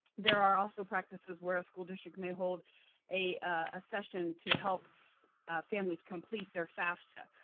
there are also practices where a school district may hold a a session to help families complete their fafsa.